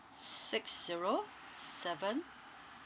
six zero seven